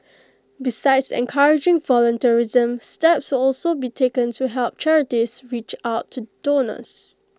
besides encouraging volunteerism steps will also be taken to help charities reach out to donors